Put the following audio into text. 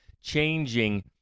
changing